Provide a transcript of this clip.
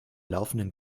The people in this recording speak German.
laufenden